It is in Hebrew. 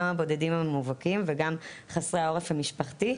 גם הבודדים המובהקים וגם חסרי העורף המשפחתי,